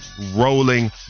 rolling